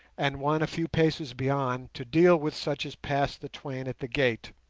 and one a few paces beyond to deal with such as pass the twain at the gate.